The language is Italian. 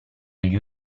gli